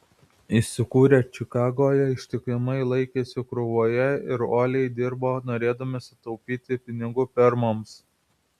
įsikūrę čikagoje ištikimai laikėsi krūvoje ir uoliai dirbo norėdami sutaupyti pinigų fermoms